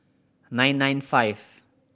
nine nine five